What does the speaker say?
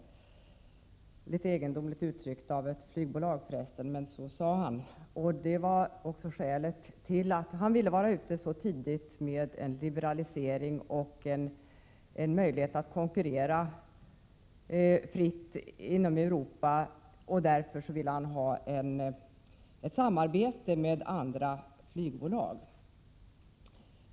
Det är förresten egendomligt uttryckt av chefen för ett flygbolag, men så sade han. Han ville vara ute tidigt med en liberalisering och en möjlighet att konkurrera fritt inom Europa och ville därför ha ett samarbete med andra flygbolag.